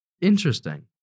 interesting